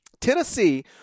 Tennessee